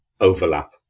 overlap